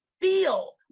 feel